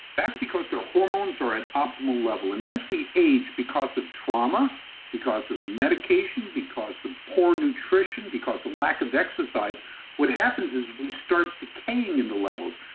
that's because their hormones are in optimal level. and as we age, because of trauma because of medication, because of poor nutrition, because of lack of exercise what happens is we start decaying in the levels.